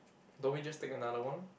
don't we just take another one